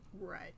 right